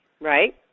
Right